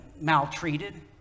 maltreated